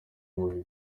buriri